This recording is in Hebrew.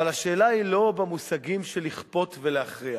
אבל השאלה היא לא במושגים של לכפות ולהכריח.